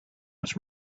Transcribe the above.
was